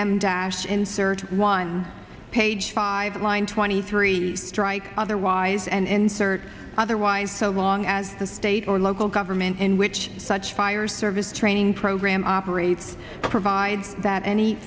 em dash insert one page five line twenty three strike otherwise and insert otherwise so long as the state or local government in which such fire service training program operates provides that any